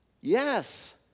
yes